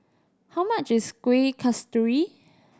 how much is Kueh Kasturi